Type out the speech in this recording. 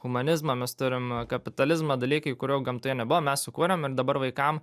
humanizmą mes turim kapitalizmą dalykai kurių gamtoje nebuvo mes sukūrėm ir dabar vaikam